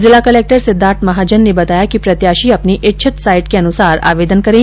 जिला कलेक्टर सिद्वार्थ महाजन ने बताया कि प्रत्याशी अपनी इच्छित साइट के अनुसार आवेदन करें